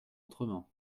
autrement